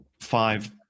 five